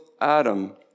Adam